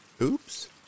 Oops